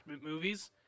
movies